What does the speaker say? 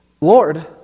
Lord